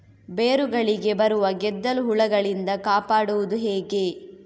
ಬೇರುಗಳಿಗೆ ಬರುವ ಗೆದ್ದಲು ಹುಳಗಳಿಂದ ಕಾಪಾಡುವುದು ಹೇಗೆ?